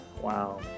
Wow